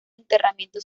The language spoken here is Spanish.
enterramiento